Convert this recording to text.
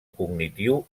cognitiu